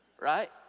right